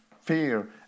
fear